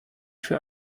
für